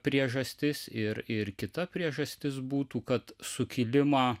priežastis ir ir kita priežastis būtų kad sukilimą